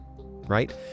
right